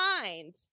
mind